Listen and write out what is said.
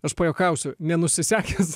aš pajuokausiu nenusisekęs